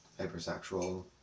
Hypersexual